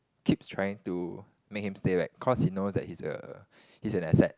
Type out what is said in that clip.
keeps trying to make him stay like cause he knows that he a he's an asset